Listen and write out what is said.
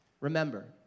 Remember